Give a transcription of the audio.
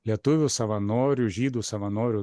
lietuvių savanorių žydų savanorių